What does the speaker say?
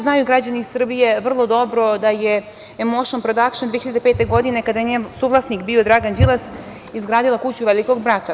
Znaju građani Srbije vrlo dobro da je „Emoušn prodakšn“ 2005. godine, kada je njen suvlasnik bio Dragan Đilas, izgradila kuću Velikog brata.